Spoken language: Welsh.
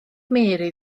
mary